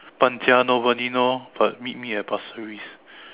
搬家 nobody know but meet me at Pasir-Ris